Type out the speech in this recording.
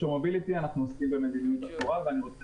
אנחנו עוסקים במדיניות התנועה ואני רוצה